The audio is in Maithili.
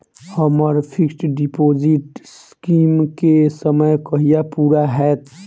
हम्मर फिक्स डिपोजिट स्कीम केँ समय कहिया पूरा हैत?